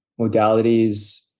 modalities